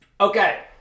Okay